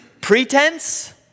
pretense